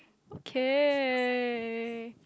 okay